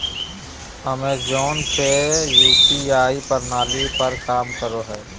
Amazon पे UPI प्रणाली पर काम करो हय